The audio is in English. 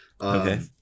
Okay